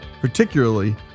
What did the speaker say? particularly